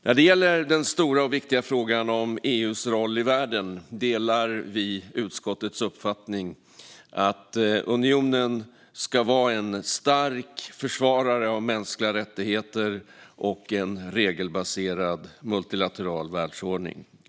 När det gäller den stora och viktiga frågan om EU:s roll i världen delar vi utskottets uppfattning att unionen ska vara en stark försvarare av mänskliga rättigheter och en regelbaserad multilateral världsordning.